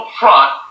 front